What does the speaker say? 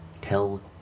Tell